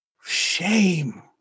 shame